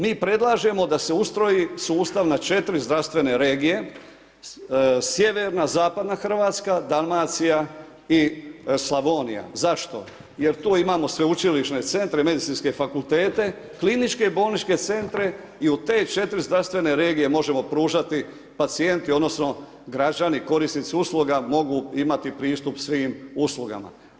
Mi predlažemo da se ustroji sustav na 4 zdravstvene regije, sjeverna, zapadna Hrvatska, Dalmacija i Slavonija, zašto, jer tu imamo sveučilišne centre, medicinske fakultete, kliničke bolničke centre i u te 4 zdravstvene regije možemo pružati pacijenti odnosno građani korisnici usluga mogu imati pristup svim uslugama.